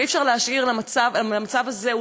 אי-אפשר להשאיר את המצב הזה.